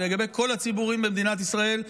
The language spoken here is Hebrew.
אלא לגבי כל הציבורים במדינת ישראל,